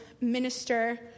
minister